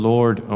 Lord